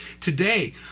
today